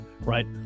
right